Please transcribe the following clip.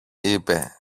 είπε